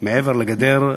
מעבר לגדר,